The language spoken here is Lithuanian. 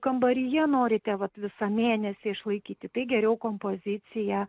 kambaryje norite vat visą mėnesį išlaikyti tai geriau kompozicija